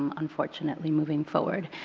um unfortunately, moving forward.